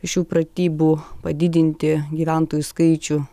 šių pratybų padidinti gyventojų skaičių